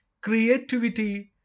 creativity